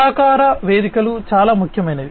సహకార వేదికలు చాలా ముఖ్యమైనవి